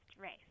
race